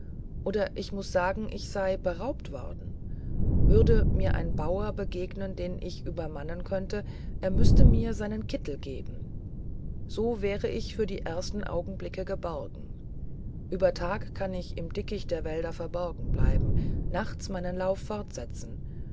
oder ich muß sagen ich sei beraubt worden würde mir ein bauer begegnen den ich übermannen könnte er müßte mir seinen kittel geben so wäre ich für die ersten augenblicke geborgen über tag kann ich im dickicht der wälder verborgen bleiben nachts meinen lauf fortsetzen